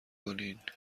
کنین